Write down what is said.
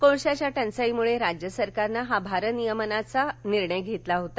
कोळशाच्या टंचाईमुळे राज्य सरकारनं हा भारनियमनाचा निर्णय घेतला होता